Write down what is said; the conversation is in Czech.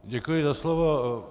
Děkuji za slovo.